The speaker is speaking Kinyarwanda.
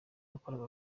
yakoraga